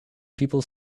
people